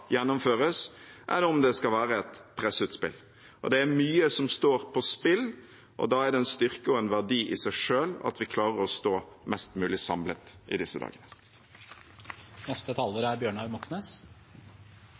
gjennomføres, enn om det skal være et presseutspill. Det er mye som står på spill, og da er det en styrke og en verdi i seg selv at vi klarer å stå mest mulig samlet i disse dagene.